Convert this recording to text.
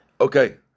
Okay